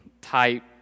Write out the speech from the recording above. type